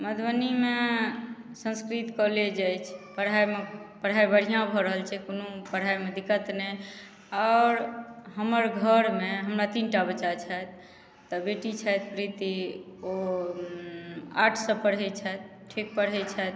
मधुबनीमे संस्कृत कॉलेज अछि पढ़ाइमे पढ़ाइ बढ़िआँ भऽ रहल छै कोनो पढ़ाइमे दिक्कत नहि आओर हमर घरमे हमरा तीन टा बच्चा छथि तऽ बेटी छथि प्रीति ओ आर्ट्ससँ पढ़ैत छथि ठीक पढ़ैत छथि